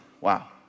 Wow